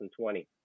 2020